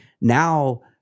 now